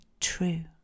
true